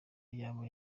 yaba